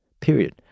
Period